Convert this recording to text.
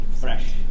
fresh